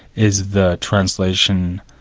is the translation,